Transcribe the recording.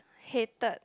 hated